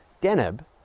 Deneb